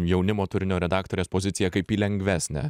jaunimo turinio redaktorės poziciją kaip į lengvesnę